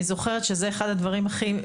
אני זוכרת שזה אחד הדברים הכי,